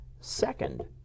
second